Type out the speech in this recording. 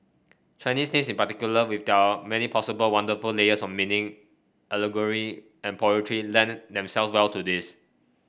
Chinese names in particular with their many possible wonderful layers of meaning allegory and poetry lend themselves well to this